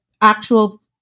actual